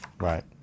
Right